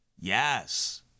Yes